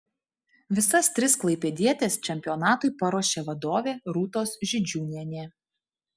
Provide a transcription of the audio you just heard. visas tris klaipėdietės čempionatui paruošė vadovė rūtos židžiūnienė